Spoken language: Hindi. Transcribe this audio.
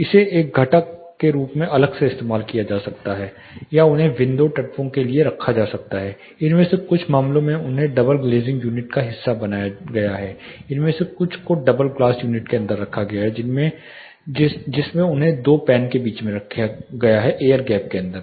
इसे एक घटक के रूप में अलग से इस्तेमाल किया जा सकता है या उन्हें विंडो तत्वों के लिए रखा जा सकता है इनमें से कुछ मामलों में उन्हें डबल ग्लेज़िंग यूनिट का हिस्सा बनाया गया है उनमें से कुछ को डबल ग्लास यूनिट के अंदर रखा गया है जिसमें उन्हें दो पैन के बीच रखा गया है एयर गैप के अंदर